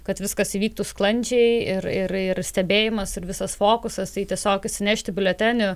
kad viskas įvyktų sklandžiai ir ir stebėjimas ir visas fokusas tai tiesiog išsinešti biuletenį